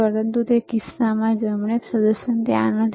પરંતુ આ કિસ્સામાં જમણે પ્રદર્શન ત્યાં નથી